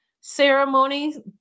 ceremony